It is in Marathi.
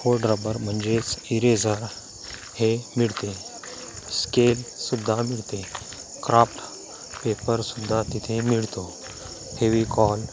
खोडरबर म्हणजेच इरेझर हे मिळते स्केलसुद्धा मिळते क्राफ्टपेपरसुद्धा तिथे मिळतो फेविकॉल